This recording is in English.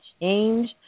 Change